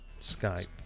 Skype